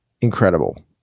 Incredible